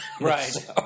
Right